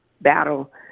battle